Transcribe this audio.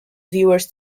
viewers